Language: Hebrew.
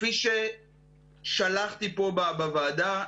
כפי ששלחתי פה בוועדה,